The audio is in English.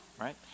Right